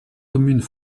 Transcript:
communes